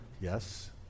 Yes